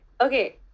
okay